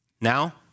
Now